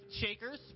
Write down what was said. shakers